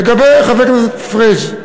לגבי חבר הכנסת פריג'